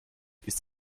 ist